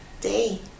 Day